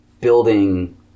building